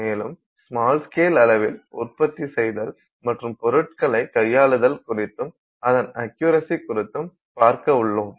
மேலும் small scale அளவில் உற்பத்தி செய்தல் மற்றும் பொருட்களை கையாளுதல் குறித்தும் அதின் அக்யுரசி குறித்தும் பார்க்கவுள்ளோம்